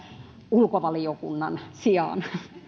ulkovaliokunnan sijaan